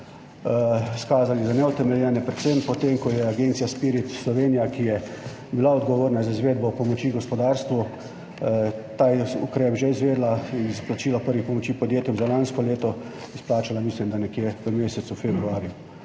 izkazali za neutemeljene, predvsem po tem, ko je agencija SPIRIT Slovenija, ki je bila odgovorna za izvedbo pomoči gospodarstvu, ta ukrep že izvedla in izplačala izplačilo prvih pomoči podjetjem za lansko leto, mislim, da nekje v mesecu februarju.